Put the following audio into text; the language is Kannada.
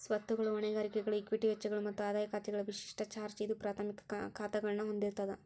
ಸ್ವತ್ತುಗಳು, ಹೊಣೆಗಾರಿಕೆಗಳು, ಇಕ್ವಿಟಿ ವೆಚ್ಚಗಳು ಮತ್ತ ಆದಾಯ ಖಾತೆಗಳ ವಿಶಿಷ್ಟ ಚಾರ್ಟ್ ಐದು ಪ್ರಾಥಮಿಕ ಖಾತಾಗಳನ್ನ ಹೊಂದಿರ್ತದ